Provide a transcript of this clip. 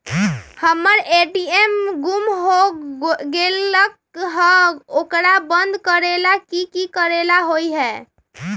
हमर ए.टी.एम गुम हो गेलक ह ओकरा बंद करेला कि कि करेला होई है?